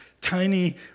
tiny